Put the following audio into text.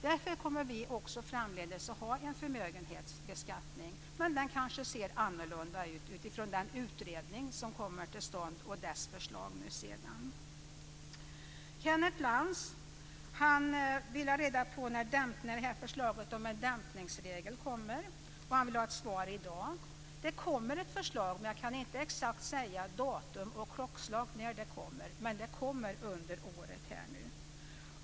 Därför kommer vi också i framtiden att ha en förmögenhetsbeskattning, men den kanske kommer att se annorlunda ut beroende på vad som föreslås av den utredning som nu kommer till stånd. Kenneth Lantz vill ha reda på när förslaget om en dämpningsregel kommer, och han vill ha ett svar i dag. Det kommer ett förslag, men jag kan inte exakt säga vilket datum och klockslag det kommer. Det kommer under året.